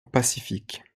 pacifique